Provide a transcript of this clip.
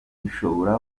bishobora